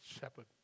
shepherd